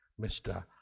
Mr